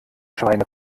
schweine